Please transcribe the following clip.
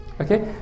Okay